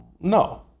No